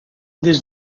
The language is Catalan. des